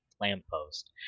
lamppost